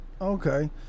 okay